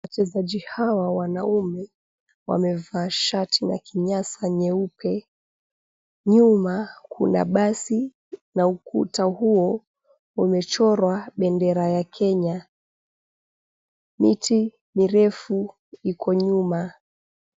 Wachezaji hawa wanaume wamevaa shati na kinyasa nyeupe. Nyuma kuna basi na ukuta huo umechorwa bendera ya Kenya, miti mirefu iko nyuma.